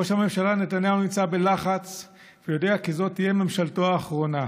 ראש הממשלה נתניהו נמצא בלחץ כי הוא יודע שזו תהיה ממשלתו האחרונה.